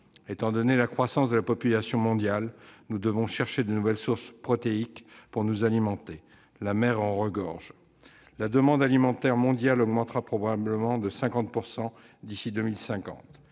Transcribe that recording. raison de la croissance de la population mondiale, nous devons chercher de nouvelles sources protéiques pour nous alimenter. La mer en regorge. La demande alimentaire mondiale augmentera probablement de 50 % d'ici à 2050.